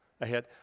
ahead